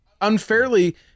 unfairly